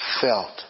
felt